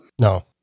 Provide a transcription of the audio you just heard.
No